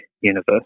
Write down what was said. universe